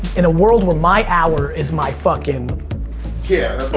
in a world where my hour is my fuckin' yeah,